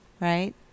right